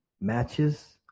matches